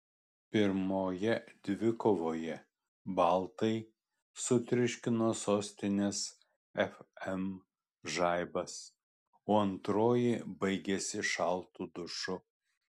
pirmoje dvikovoje baltai sutriuškino sostinės fm žaibas o antroji baigėsi šaltu dušu